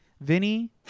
Vinny